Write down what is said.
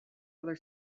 other